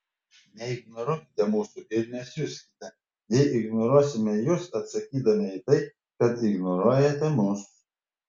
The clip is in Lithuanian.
neignoruokite mūsų ir nesiuskite jei ignoruosime jus atsakydami į tai kad ignoruojate mus